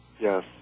Yes